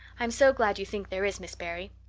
i'm so glad you think there is, miss barry.